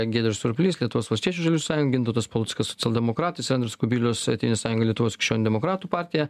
giedrius surplys lietuvos valstiečių žaliųjų sąjunga gintautas paluckas socialdemokratas andrius kubilius tėvynės sąjunga lietuvos krikščionių demokratų partija